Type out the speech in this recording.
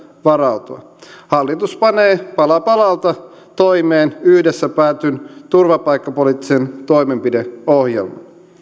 varautua hallitus panee pala palalta toimeen yhdessä päätetyn turvapaikkapoliittisen toimenpideohjelman